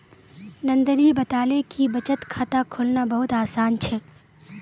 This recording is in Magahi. नंदनी बताले कि बचत खाता खोलना बहुत आसान छे